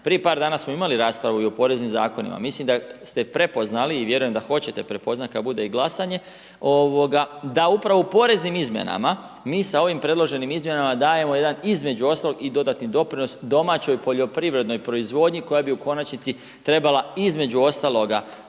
prije par danas smo imali raspravu i o poreznim zakonima. Misli da ste prepoznali i vjerujem da hoćete prepoznati kada bude glasanje, da upravo u poreznim izmjenama mi sa ovim predloženim izmjenama dajemo jedan, između ostalog i dodatni doprinos domaćoj poljoprivrednoj proizvodnji koja bi u konačnici trebala između ostaloga